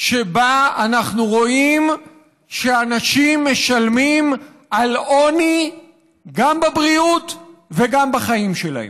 שבה אנחנו רואים שאנשים משלמים על עוני גם בבריאות וגם בחיים שלהם.